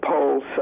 polls